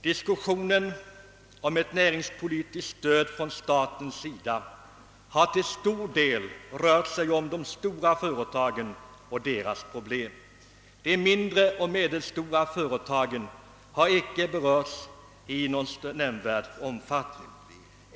Diskussionen om ett näringspolitiskt stöd från staten har till stor del rört sig om de stora företagen och deras problem, medan de mindre företagen inte behandlats i nämnvärd omfattning.